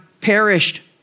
perished